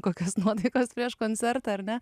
kokios nuotaikas prieš koncertą ar ne